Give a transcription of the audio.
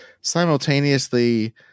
simultaneously